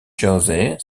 jersey